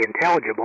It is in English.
intelligible